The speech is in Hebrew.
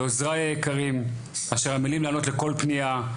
לעוזרי היקרים אשר עמלים לענות לכל פנייה,